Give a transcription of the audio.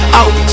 out